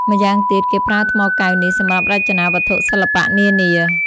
ម្យ៉ាងទៀត គេប្រើថ្មកែវនេះ សម្រាប់រចនាវត្ថុសិល្បៈនានា។